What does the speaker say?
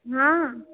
हँ